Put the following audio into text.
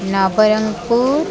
Nabarangpur